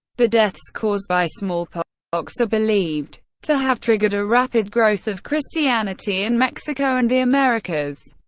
the deaths caused by smallpox are believed to have triggered a rapid growth of christianity in mexico and the americas.